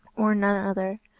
or none other,